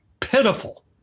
pitiful